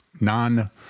non